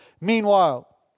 Meanwhile